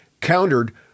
countered